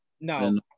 No